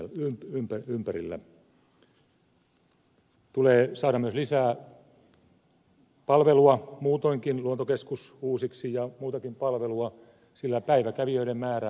tulee saada myös lisää palvelua muutoinkin luontokeskus uusiksi ja muutakin palvelua sillä päiväkävijöiden määrä on suuri